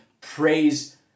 praise